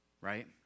Right